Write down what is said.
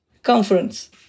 Conference